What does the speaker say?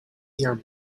your